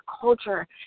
culture